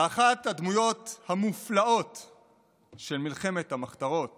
ואחת הדמויות המופלאות של מלחמת המחתרות